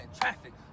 traffic